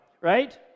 right